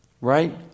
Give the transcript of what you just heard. Right